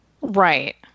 Right